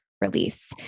release